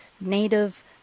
Native